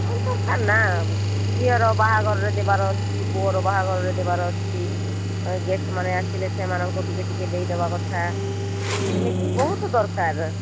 ହଁ ଦରକାର ନା ଝିଅର ବାହାଘରରେ ଦେବାର ଅଛି ପୁଅର ବାହାଘରରେ ଦେବାର ଅଛି ଗେଷ୍ଟ ମାନେ ଆସିଲେ ସେମାନଙ୍କୁ ଟିକେ ଟିକେ ଦେଇ ଦବା କଥା ଏମିତି ବହୁତ ଦରକାର